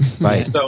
Right